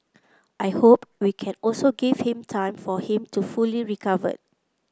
I hope we can also give him time for him to fully recover